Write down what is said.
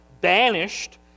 banished